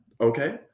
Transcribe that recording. okay